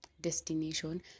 destination